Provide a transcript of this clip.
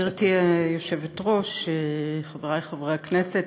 גברתי היושבת-ראש, חברי חברי הכנסת,